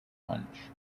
punch